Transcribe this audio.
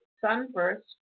Sunburst